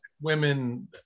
women